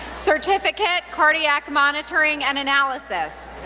certificate, cardiac monitoring and analysis.